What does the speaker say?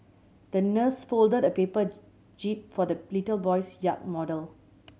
the nurse folded a paper jib for the little boy's yacht model